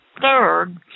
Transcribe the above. Third